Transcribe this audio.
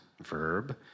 verb